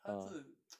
他是